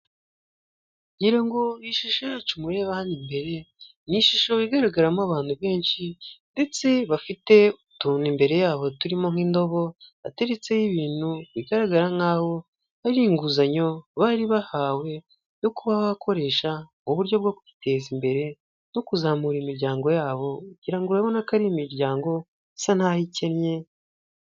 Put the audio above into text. Ngira ngo ishusho yacu murebe hano imbere, ni ishusho igaragaramo abantu benshi. Ndetse bafite utuntu imbere yabo, turimo nk'indobo iteretseho ibintu bigaragara nkaho ari inguzanyo bari bahawe yo kuba bakoresha, mu uburyo bwo kwiteza imbere no kuzamura imiryango yabo, kugirango ngo babone ko ari imiryango isa naho ikennye.